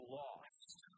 lost